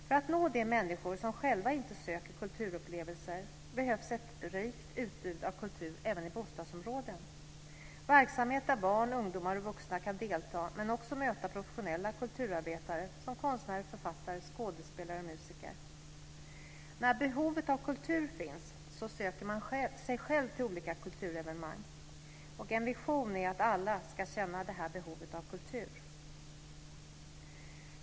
För att nå de människor som själva inte söker kulturupplevelser behövs ett rikt utbud av kultur även i bostadsområden, verksamhet där barn, ungdomar och vuxna kan delta men också möta professionella kulturarbetare som konstnärer, författare, skådespelare och musiker. När behovet av kultur finns söker man sig själv till olika kulturevenemang, och en vision är att alla ska känna det här behovet av kultur.